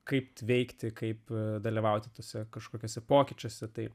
kaip veikti kaip dalyvauti tose kažkokiose pokyčiuose tai